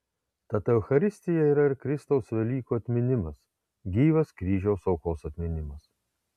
tad eucharistija yra ir kristaus velykų atminimas gyvas kryžiaus aukos atminimas